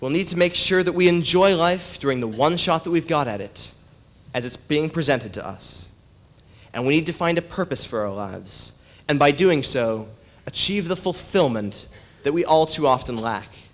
will need to make sure that we enjoy life during the one shot that we've got at it as it's being presented to us and we need to find a purpose for our lives and by doing so achieve the fulfillment that we all too often lack